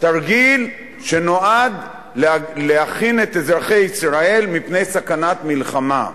תרגיל שנועד להכין את אזרחי ישראל מפני סכנת מלחמה.